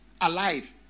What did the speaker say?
alive